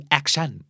action